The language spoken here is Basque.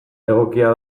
egokia